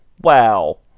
Wow